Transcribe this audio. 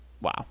wow